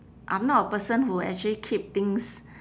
I'm not a person who actually keep things